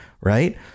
right